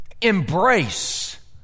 embrace